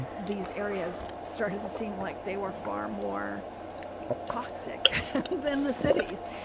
these areas started to seem like they were far more toxic than the cities.